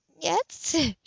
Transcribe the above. yes